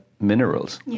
Minerals